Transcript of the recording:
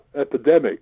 epidemic